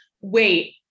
Wait